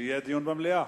שיתקיים דיון במליאה.